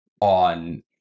on